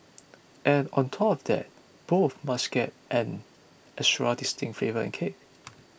and on top of that both must get an extra distinct flavour and kick